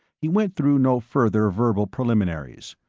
he went through no further verbal preliminaries.